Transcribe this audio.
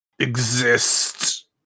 exist